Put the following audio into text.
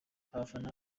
abafana